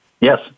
Yes